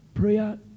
Prayer